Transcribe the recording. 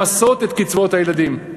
למסות את קצבאות הילדים.